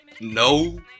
no